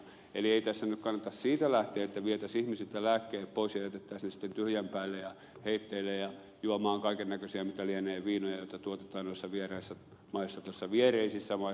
eli ei tässä nyt kannata siitä lähteä että vietäisiin ihmisiltä lääkkeet pois ja jätettäisiin heidät sitten tyhjän päälle ja heitteille ja juomaan kaiken näköisiä mitä lienee viinoja joita tuotetaan noissa vieraissa maissa noissa viereisissä maissa ja kaikkea tuon kaltaista